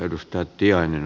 herra puhemies